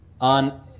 On